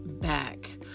back